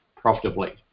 profitably